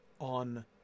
on